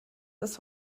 das